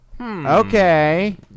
okay